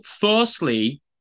firstly